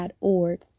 org